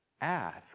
ask